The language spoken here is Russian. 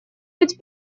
быть